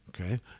okay